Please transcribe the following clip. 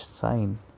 sign